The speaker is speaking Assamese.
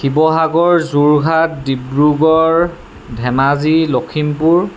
শিৱসাগৰ যোৰহাট ডিব্ৰুগড় ধেমাজি লখিমপুৰ